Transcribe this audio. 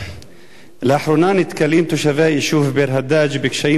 לאחרונה נתקלים תושבי היישוב ביר-הדאג' בקשיים